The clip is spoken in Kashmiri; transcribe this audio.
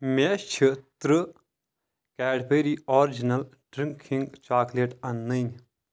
مےٚ چھ ترٕٛہ کیڈبرٛی آرجِِنل ڈرٛنٛکِنٛگ چاکلیٹ اَنٕنۍ